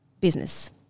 business